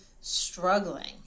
struggling